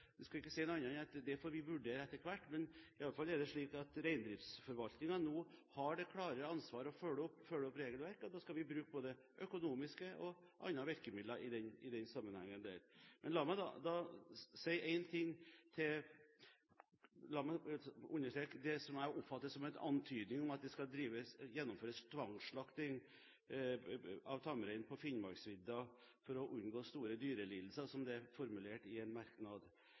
jeg skal ikke si noe annet enn at det får vi vurdere etter hvert. Reindriftsforvaltningen har i alle fall det klare ansvaret for å følge opp regelverket, og vi skal bruke både økonomiske og andre virkemidler i den sammenhengen. Når det gjelder det jeg oppfatter som en antydning om at det skal gjennomføres tvangsslakting av tamrein på Finnmarksvidda for å unngå store dyrelidelser, som det er formulert i en merknad,